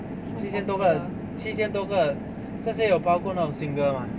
七千多个七千多个这些有包括那种 single 吗